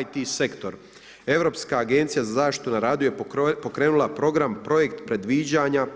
ICT sektor, Europska agencija za zaštitu na radu je pokrenula program projekt predviđanja